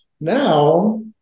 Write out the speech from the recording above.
now